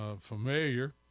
familiar